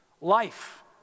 life